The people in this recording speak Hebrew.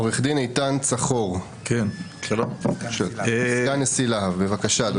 עו"ד איתן צחור, סגן נשיא להב, בבקשה.